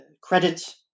credit